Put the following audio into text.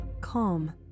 calm